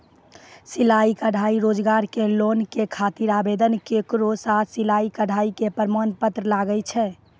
सिलाई कढ़ाई रोजगार के लोन के खातिर आवेदन केरो साथ सिलाई कढ़ाई के प्रमाण पत्र लागै छै?